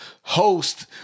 host